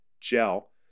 gel